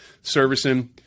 servicing